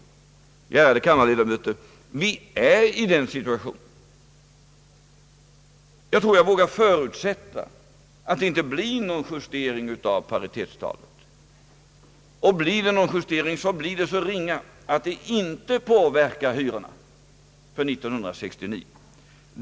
Ja, ärade kammarledamöter, vi befinner oss i den situationen. Jag tror att jag vågar förutsätta att det inte blir någon justering av paritetstalet. Blir det någon justering, blir den så ringa att den inte påverkar hyrorna för år 1969.